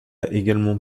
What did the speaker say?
également